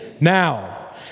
now